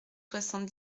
soixante